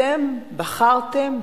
אתם בחרתם,